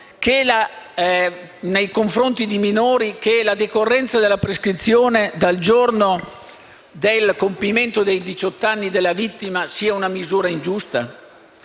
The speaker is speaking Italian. nei confronti di minori che la decorrenza della prescrizione parta dal giorno del compimento dei diciotto anni della vittima sia una misura ingiusta?